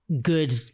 good